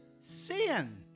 sin